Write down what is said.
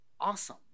awesome